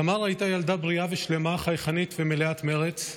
תמר הייתה ילדה בריאה ושלמה, חייכנית ומלאת מרץ.